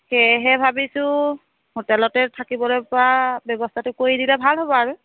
সেয়েহে ভাবিছোঁ হোটেলতে থাকিবলৈপৰা ব্যৱস্থাটো কৰি দিলে ভাল হ'ব আৰু